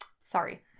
Sorry